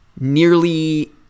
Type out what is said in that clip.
nearly